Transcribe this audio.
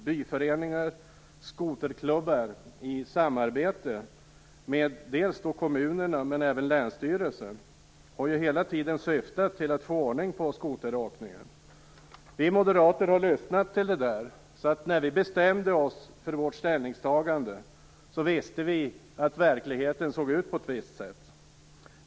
Byföreningarnas och skoterklubbarnas samarbete med kommunerna och länsstyrelsen har hela tiden syftat till att få ordning på skoteråkningen. Vi moderater har lyssnat till det. När vi bestämde oss för vårt ställningstagande visste vi att verkligheten såg ut på ett visst sätt.